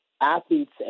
athletes